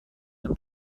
dem